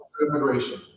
immigration